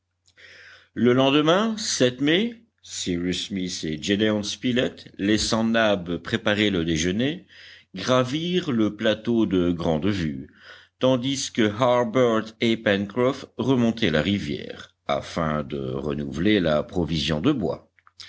le lendemain mai cyrus smith et gédéon spilett laissant nab préparer le déjeuner gravirent le plateau de grande vue tandis que harbert et pencroff remontaient la rivière afin de renouveler la provision de bois